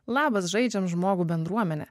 labas žaidžiam žmogų bendruomene